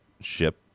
ship